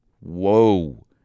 Whoa